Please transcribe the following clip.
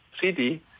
city